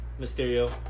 Mysterio